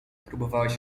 próbowałeś